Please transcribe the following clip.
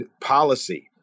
policy